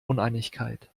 uneinigkeit